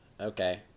Okay